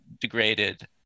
degraded